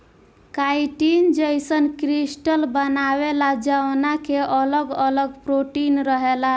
chitin जईसन crystal बनावेला जवना के अगल अगल प्रोटीन रहेला